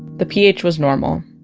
the ph was normal.